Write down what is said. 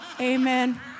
Amen